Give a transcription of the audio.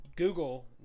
Google